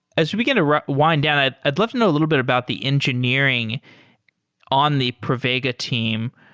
as we begin to wind down, i'd i'd love to know a little bit about the engineering on the pravega team.